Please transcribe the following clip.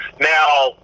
Now